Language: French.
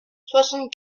soixante